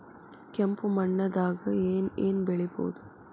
ಕೆಂಪು ಮಣ್ಣದಾಗ ಏನ್ ಏನ್ ಬೆಳಿಬೊದು?